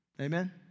Amen